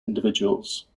individuals